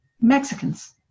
Mexicans